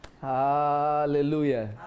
Hallelujah